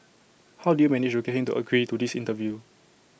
how did you manage to get him to agree to this interview